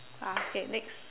ah okay next